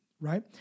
right